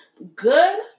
Good